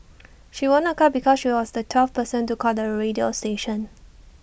she won A car because she was the twelfth person to call the radio station